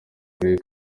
karere